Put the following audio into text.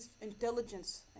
intelligence